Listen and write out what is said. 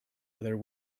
other